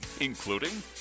including